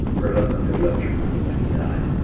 her husband had left her money when he died,